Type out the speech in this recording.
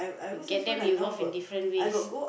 if get them involved in different ways